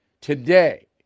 today